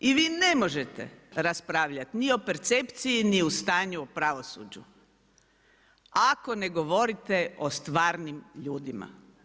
I vi ne možete raspravljati ni o percepciji ni o stanju u pravosuđu, ako ne govorite o stvarnim ljudima.